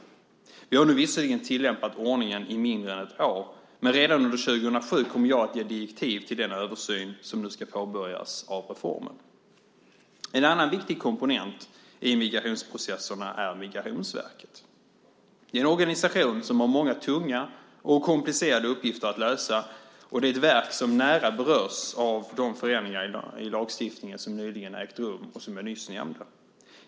Vi har visserligen tillämpat ordningen i mindre än ett år, men redan under 2007 kommer jag att ge direktiv till den översyn av reformen som nu ska påbörjas. En annan viktig komponent i migrationsprocesserna är Migrationsverket. Det är en organisation som har många tunga och komplicerade uppgifter att lösa. Det är ett verk som nära berörs av de förändringar i lagstiftningen som nyligen ägt rum och som jag nyss nämnde.